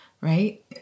right